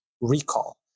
recall